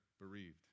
bereaved